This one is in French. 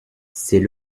c’est